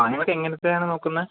അന്ന് തൊട്ട് ഇങ്ങനത്തെയാണോ നോക്കുന്നത്